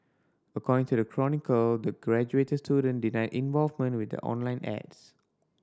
according to the Chronicle the graduate student denied involvement with the online ads